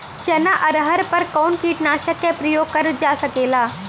चना अरहर पर कवन कीटनाशक क प्रयोग कर जा सकेला?